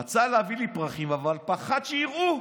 רצה להביא לי פרחים, אבל פחד שיראו.